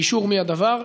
באישור מי הדבר?